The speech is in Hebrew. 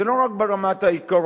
זה לא רק ברמת העיקרון